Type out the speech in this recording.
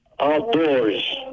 outdoors